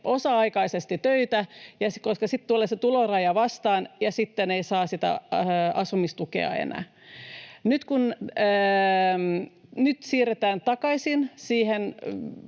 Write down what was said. osa-aikaisesti töitä, koska sitten tulee se tuloraja vastaan ja sitä asumistukea ei saa enää. Nyt siirrytään takaisin siihen